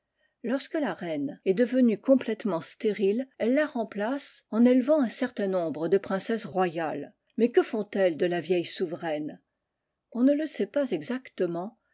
lorsque la reine est devenue complètement stérile elles la remplacent en élevant un certain nombre de princesses royales mais que font-elles de la vieille souveraine on ne le sait pas exactement